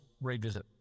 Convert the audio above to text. revisit